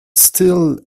still